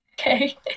Okay